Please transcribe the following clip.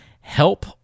help